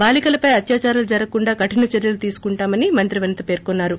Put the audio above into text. బాలీకలపై అత్యాచారాలు జరగకుండా కఠిన చర్యలు తీసుకుంటామని మంత్రి వనిత పేర్కొన్నారు